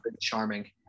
charming